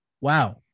wow